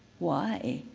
why?